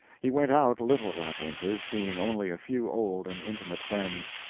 he went out little that winter seeing only a few old and intimate friends.